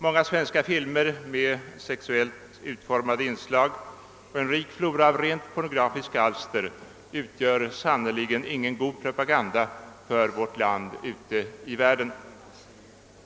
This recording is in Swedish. Många svenska filmer med sexuellt utformade inslag och en rik flora av rent pornografiska alster utgör sannerligen ingen god propaganda för vårt land ute i världen.